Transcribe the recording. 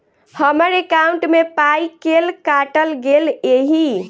हम्मर एकॉउन्ट मे पाई केल काटल गेल एहि